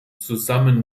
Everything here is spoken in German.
zusammen